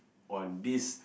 on this